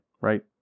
right